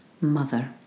Mother